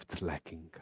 lacking